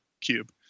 cube